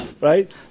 Right